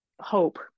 hope